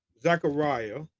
zechariah